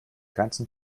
ganzen